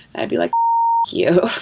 i'd be like, fuck you.